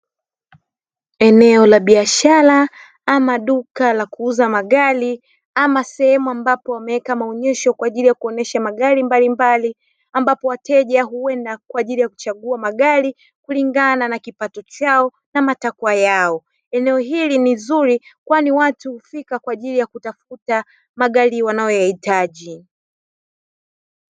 Eneo la biashara ama duka la kuuza magari ama sehemu ambapo wameweka maonyesho kwa ajili ya kuonyesha magari mbalimbali ambapo wateja huenda kwa ajili ya kuchagua magari kulingana na kipato chao na matakwa yao eneo hili ni zuri kwani watu hufika kwa ajili ya kutafuta magari wanayoyahitaji.